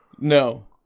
No